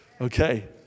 Okay